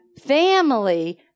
family